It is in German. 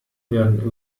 werden